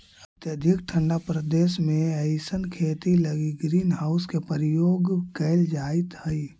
अत्यधिक ठंडा प्रदेश में अइसन खेती लगी ग्रीन हाउस के प्रयोग कैल जाइत हइ